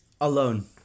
alone